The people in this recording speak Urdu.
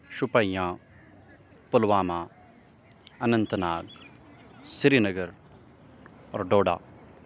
شوپیاں پلوامہ اننت ناگ سری نگر اور ڈوڈا